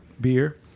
Beer